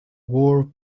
wore